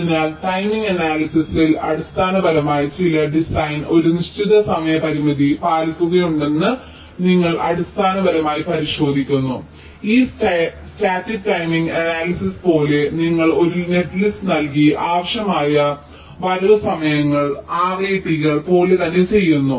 അതിനാൽ ടൈമിംഗ് അനാലിസിസിൽ അടിസ്ഥാനപരമായി ചില ഡിസൈൻ ഒരു നിശ്ചിത സമയ പരിമിതി പാലിക്കുന്നുണ്ടോയെന്ന് നിങ്ങൾ അടിസ്ഥാനപരമായി പരിശോധിക്കുന്നു ഈ സ്റ്റാറ്റിക് ടൈമിംഗ് അനാലിസിസ് പോലെ നിങ്ങൾ ഒരു നെറ്റ്ലിസ്റ്റ് നൽകി ആവശ്യമായ വരവ് സമയങ്ങൾ RAT കൾ പോലെ തന്നെ ചെയ്യുന്നു